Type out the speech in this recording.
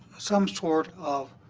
some sort of